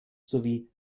sowie